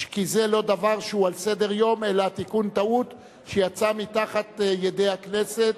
כי זה לא דבר שהוא על סדר-היום אלא תיקון טעות שיצאה מתחת ידי הכנסת,